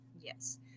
Yes